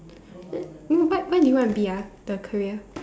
eh w~ what what do you want to be ah the career